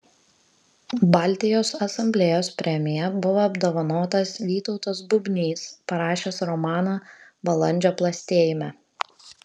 baltijos asamblėjos premija buvo apdovanotas vytautas bubnys parašęs romaną balandžio plastėjime